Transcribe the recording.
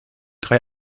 drei